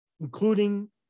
including